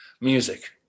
Music